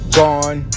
gone